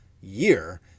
year